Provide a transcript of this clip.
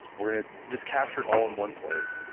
we're going to just capture it all in one place.